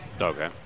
Okay